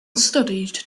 studied